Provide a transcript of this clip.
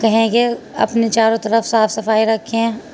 کہیں کہ اپنے چاروں طرف صاف صفائی رکھیں